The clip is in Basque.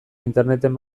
interneten